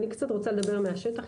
אני רוצה לדבר קצת מהשטח,